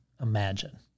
imagine